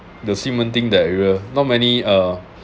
the xi men ding that area not many uh